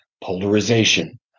polarization